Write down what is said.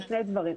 יש פה שני דברים.